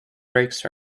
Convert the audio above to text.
brakes